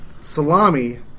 Salami